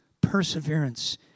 Perseverance